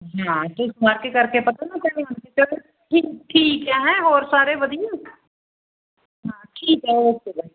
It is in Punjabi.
ਹਾਂ ਤੁਸੀਂ ਸਮਾਰ ਕੇ ਕਰਕੇ ਪਤਾ ਨਾ ਚਲੋ ਠੀਕ ਠੀਕ ਹੈ ਹੈਂ ਹੋਰ ਸਾਰੇ ਵਧੀਆ ਹਾਂ ਠੀਕ ਹੈ ਓਕੇ ਬਾਏ